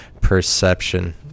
perception